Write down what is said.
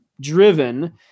driven